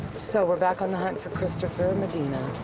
so we're back on the hunt for christopher medina.